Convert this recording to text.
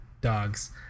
dogs